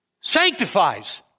sanctifies